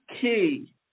key